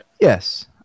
Yes